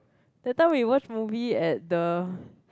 that time we watch movie at the